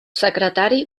secretari